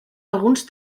alguns